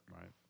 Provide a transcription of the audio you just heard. Right